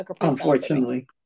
Unfortunately